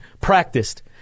practiced